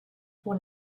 pour